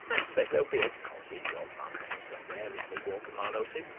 i expect there'll be a cottage or farmhouse somewhere if they walk a mile or two.